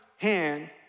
hand